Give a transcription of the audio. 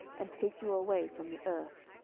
and take you away from the earth?